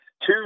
two